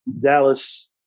Dallas